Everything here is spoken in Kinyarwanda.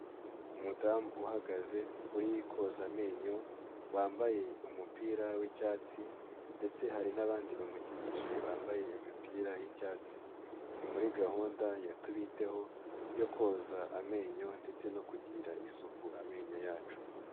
Umudamu uhagaze uri koza amenyo, wambaye umupira w'icyatsi ndetse hari n'abandi bamukikije bambaye imipira y'icyatsi, ni muri gahunda ya tubiteho yo koza amenyo ndetse no kugirira isuku amenyo yacu.